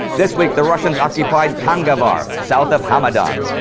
this week the russians occupied kangavar, south of hamadan.